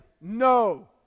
no